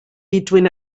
between